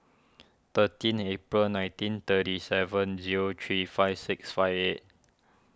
thirteen April nineteen thirty seven zero three five six five eight